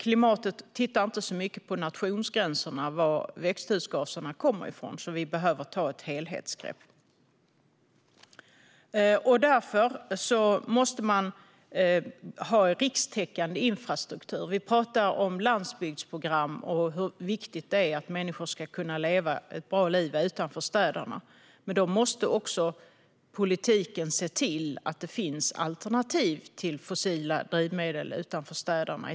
Klimatet ser inte så mycket på nationsgränserna och varifrån växthusgaserna kommer, så vi behöver ta ett helhetsgrepp. Därför måste man ha rikstäckande infrastruktur. Vi talar om landsbygdsprogram och hur viktigt det är att människor ska kunna leva ett bra liv utanför städerna, men då måste också politiken se till att det finns alternativ till fossila drivmedel utanför städerna.